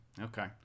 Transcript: okay